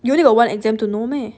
you only got one exam to know meh